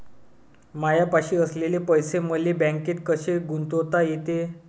मायापाशी असलेले पैसे मले बँकेत कसे गुंतोता येते?